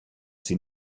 seen